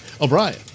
O'Brien